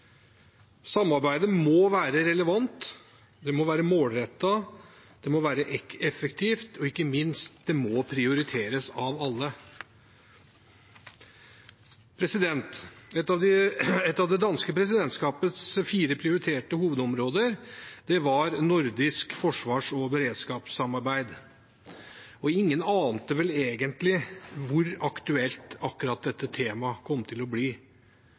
Samarbeidet må være relevant, målrettet, effektivt – og ikke minst: Det må prioriteres av alle. Et av det danske presidentskapets fire prioriterte områder var nordisk forsvars- og beredskapssamarbeid – og ingen ante vel egentlig hvor aktuelt akkurat det temaet kom til å bli.